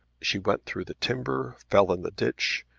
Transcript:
she went through the timber, fell in the ditch,